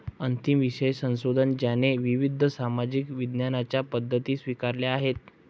अंतिम विषय संशोधन ज्याने विविध सामाजिक विज्ञानांच्या पद्धती स्वीकारल्या आहेत